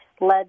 led